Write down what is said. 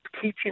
teaching